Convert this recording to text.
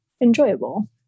enjoyable